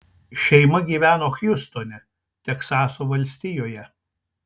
šeima gyveno hjustone teksaso valstijoje